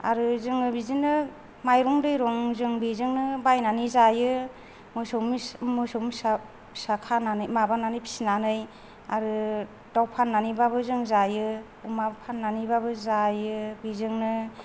आरो जोङो बिदिनो माइरं दैरं जों बेजोंनो बायनानै जायो मोसौ मोसा फिसा खानानै माबानानै फिसिनानै आरो दाउ फाननानैबाबो जों जायो अमा फाननानैबाबो जायो बेजोंनो